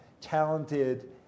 talented